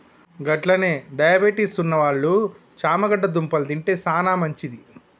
గట్లనే డయాబెటిస్ ఉన్నవాళ్ళు చేమగడ్డ దుంపలు తింటే సానా మంచిది